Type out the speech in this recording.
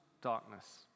darkness